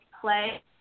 play